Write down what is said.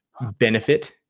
benefit